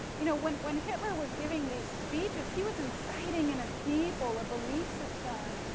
you know, when when hitler was giving these speeches, he was inciting in a people a belief system,